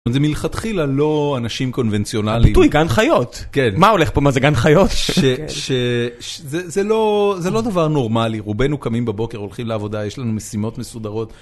זה מלכתחילה לא אנשים קונבנציונליים. ביטוי גן חיות. כן. מה הולך פה, מה זה גן חיות? שזה לא דבר נורמלי, רובנו קמים בבוקר, הולכים לעבודה, יש לנו משימות מסודרות.